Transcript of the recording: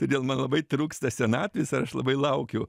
todėl man labai trūksta senatvės ir aš labai laukiu